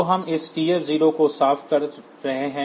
तो हम इस TF0 को साफ कर रहे हैं